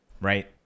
right